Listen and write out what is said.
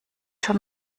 schon